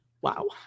wow